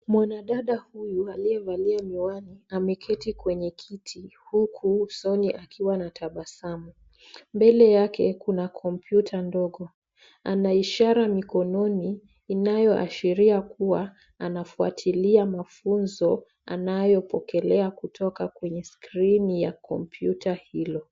Mwanadada huyu aliyevalia miwani ameketi kwenye kiti huku usoni akiwa na tabasamu. Mbele yake kuna kompyuta ndogo. Anaishara mikononi inayoashiria kuwa anafuatilia mafunzo anayopokelea kutoka kwenye skirini ya kompyuta hilo.